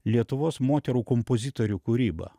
lietuvos moterų kompozitorių kūryba